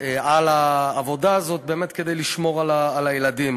על העבודה הזאת כדי לשמור על הילדים,